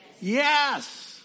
Yes